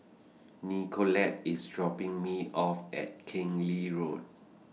Nicolette IS dropping Me off At Keng Lee Road